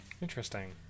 Interesting